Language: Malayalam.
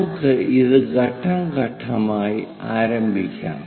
നമുക്ക് ഇത് ഘട്ടം ഘട്ടം ആയി ആരംഭിക്കാം